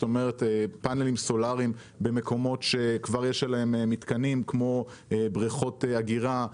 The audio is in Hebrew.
כלומר פאנלים סולאריים במקומות שכבר יש בהם מתקנים כמו בריכות אגירה,